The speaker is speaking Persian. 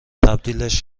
تبدیلش